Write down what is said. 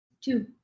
Two